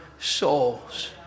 souls